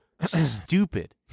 stupid